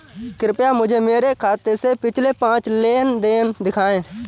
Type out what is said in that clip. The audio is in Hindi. कृपया मुझे मेरे खाते से पिछले पांच लेन देन दिखाएं